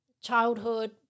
childhood